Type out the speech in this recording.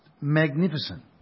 magnificent